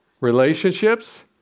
Relationships